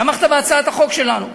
תמכת בהצעת החוק שלנו,